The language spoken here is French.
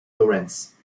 lawrence